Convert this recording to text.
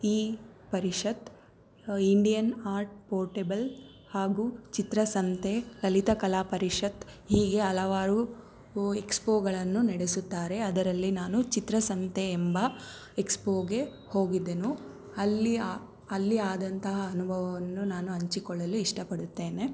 ಈ ಪರಿಷತ್ Indian art portable ಹಾಗೂ ಚಿತ್ರಸಂತೆ ಲಲಿತ ಕಲಾ ಪರಿಷತ್ ಹೀಗೆ ಹಲವಾರು ಎಕ್ಸ್ಪೋಗಳನ್ನು ನಡೆಸುತ್ತಾರೆ ಅದರಲ್ಲಿ ನಾನು ಚಿತ್ರಸಂತೆ ಎಂಬ ಎಕ್ಸ್ಪೋಗೆ ಹೋಗಿದ್ದೆನು ಅಲ್ಲಿ ಅಲ್ಲಿ ಆದಂತ ಅನುಭವವನ್ನು ನಾನು ಹಂಚಿಕೊಳ್ಳಲು ಇಷ್ಟಪಡುತ್ತೇನೆ